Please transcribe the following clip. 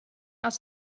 aus